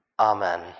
Amen